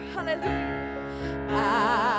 Hallelujah